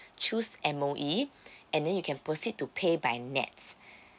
choose M_O_E and then you can proceed to pay by N_E_T_S